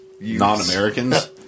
non-Americans